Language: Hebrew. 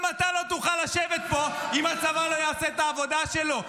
גם אתה לא תוכל לשבת פה אם הצבא לא יעשה את העבודה שלו.